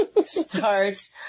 starts